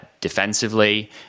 defensively